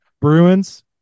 Bruins